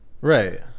Right